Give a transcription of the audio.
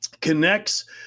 connects